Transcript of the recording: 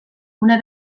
una